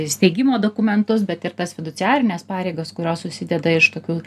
steigimo dokumentus bet ir tas fiduciarines pareigas kurios susideda iš tokių